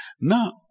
Now